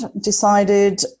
decided